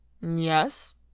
Yes